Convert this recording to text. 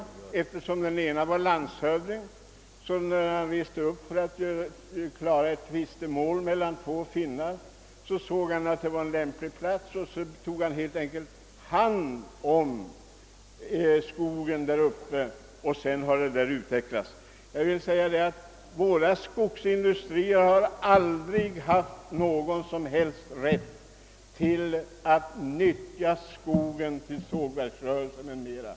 Den ene av dem, som var landshövding, blev vid ett tillfälle kallad till en plats för att avgöra ett tvistemål mellan två finnar, och han fann då att området i fråga var lämpligt att utnyttja. Han tog då helt enkelt hand om den skogsmark det gällde. Våra skogsindustrier har aldrig haft någon som helst rätt att nyttja skogen till sågverksrörelse m.m.